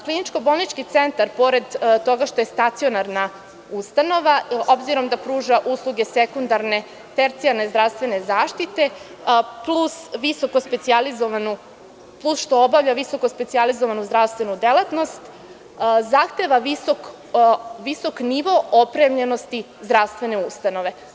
Kliničko-bolnički centar, pored toga što je stacionarna ustanova, obzirom da pruža usluge sekundarne i tercijarne zdravstvene zaštite, plus što obavlja visokospecijalizovanu zdravstvenu delatnost, zahteva visok nivo opremljenosti zdravstvene ustanove.